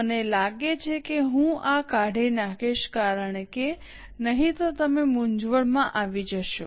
મને લાગે છે કે હું આ કાઢી નાખીશ કારણ કે નહીં તો તમે મૂંઝવણમાં આવી જશો